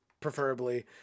preferably